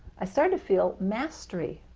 i started to feel mastery.